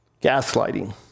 Gaslighting